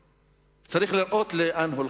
בני-אדם, צריך לראות לאן הולכים.